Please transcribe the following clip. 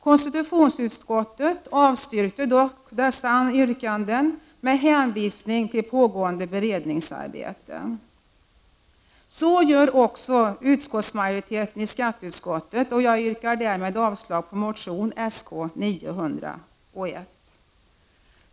Konstitutionsutskottet avstyrkte dock dessa yrkanden med hänvisning till pågående beredningsarbete. Så gör också majoriteten i skatteutskottet, och jag yrkar därmed avslag på motion Sk901.